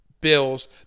Bills